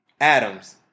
Adams